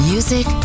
Music